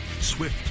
Swift